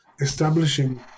establishing